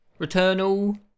Returnal